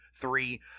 three